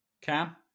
Cam